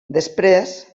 després